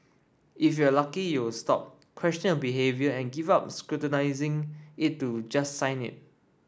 if you're lucky you'll stop question your behaviour and give up scrutinising it to just sign it